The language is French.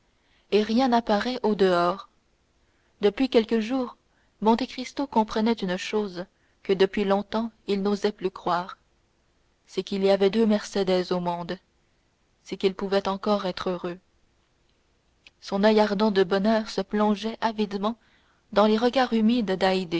et rien n'en apparaît au-dehors depuis quelques jours monte cristo comprenait une chose que depuis longtemps il n'osait plus croire c'est qu'il y avait deux mercédès au monde c'est qu'il pouvait encore être heureux son oeil ardent de bonheur se plongeait avidement dans les regards humides